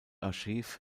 archiv